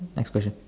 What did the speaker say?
next question